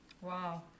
Wow